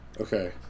Okay